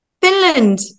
Finland